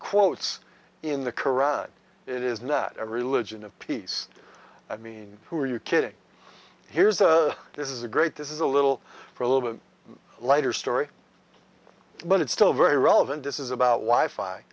quotes in the qur'an it is not a religion of peace i mean who are you kidding here's a this is a great this is a little for a little bit lighter story but it's still very relevant this is about why fi